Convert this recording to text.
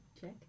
Check